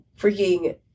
freaking